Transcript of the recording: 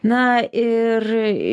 na ir